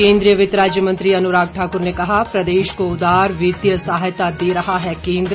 केंद्रीय वित्त राज्य मंत्री अनुराग ठाकुर ने कहा प्रदेश को उदार वित्तीय सहायता दे रहा है केंद्र